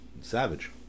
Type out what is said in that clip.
savage